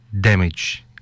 damage